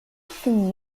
from